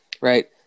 Right